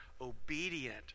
obedient